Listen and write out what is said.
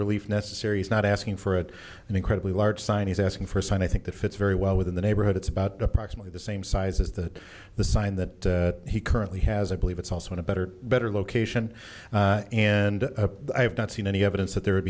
relief necessary he's not asking for it an incredibly large sign he's asking for sign i think that fits very well with the neighborhood it's about approximately the same size as that the sign that he currently has i believe it's also in a better better location and i have not seen any evidence that there would